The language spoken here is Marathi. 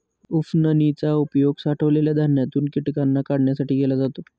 उफणनी चा उपयोग साठवलेल्या धान्यातून कीटकांना काढण्यासाठी केला जातो